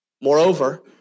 Moreover